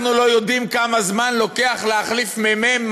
אנחנו לא יודעים כמה זמן לוקח להחליף מ"מ?